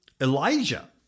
Elijah